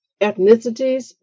ethnicities